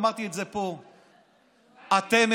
ואמרתי את זה פה: אתם,